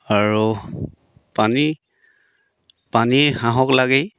আৰু পানী পানী হাঁহক লাগেই